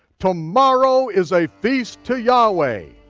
tomorrow is a feast to yahweh.